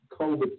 COVID